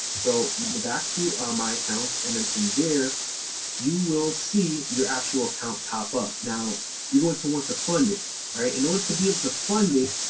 so you go back to my accounts. and then from there you will see your actual account pop up now you're going to want to fund it right in order to be able um to fund it.